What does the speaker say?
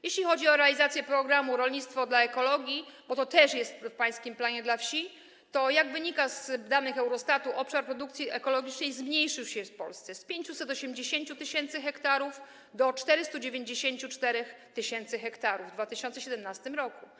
Jeśli chodzi o realizację programu rolnictwo dla ekologii, bo to też jest w pańskim planie dla wsi, to - jak wynika z danych Eurostatu - obszar produkcji ekologicznej zmniejszył się w Polsce z 580 tys. ha do 494 tys. ha w 2017 r.